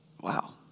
Wow